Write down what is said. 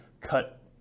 cut